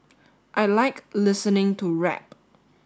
I like listening to rap